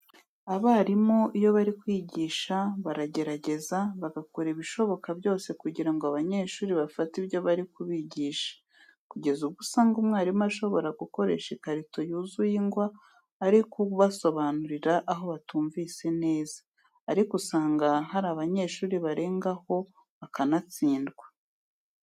Abarimu iyo bari kwigisha baragerageza bagakora ibishoboka byose kugira ngo abanyeshuri bafate ibyo bari kubigisha, kugeza ubwo usanga umwarimu ashobora gukoresha ikarito yuzuye ingwa ari kubasobanurira aho batumvise neza, ariko usanga hari abanyeshuri barengaho bakanatsindwa.